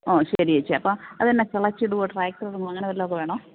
ആ ശരി ചേച്ചി അപ്പം അത് തന്നെ കിളച്ച് ഇടുമോ ട്രാക്ടറോ അങ്ങനെ വല്ലതും ഒക്കെ വേണോ